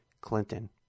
Clinton